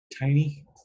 tiny